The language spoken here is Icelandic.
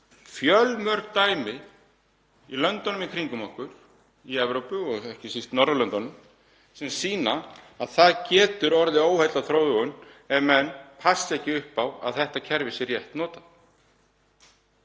fjölmörg dæmi í löndunum í kringum okkur í Evrópu, ekki síst á Norðurlöndunum, sem sýna að það getur orðið óheillaþróun ef menn passa ekki upp á að þetta kerfi sé rétt notað.